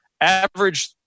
average